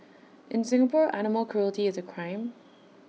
in Singapore animal cruelty is A crime